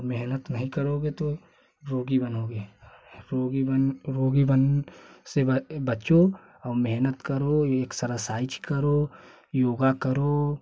मेहनत नहीं करोगे तो रोगी बनोगे रोगी बन रोगी बन से बचो और मेहनत करो एक्सरसाइज करो योगा करो